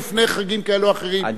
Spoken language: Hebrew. סגן השר מוזס,